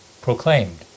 proclaimed